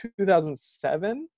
2007